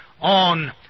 on